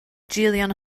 jillian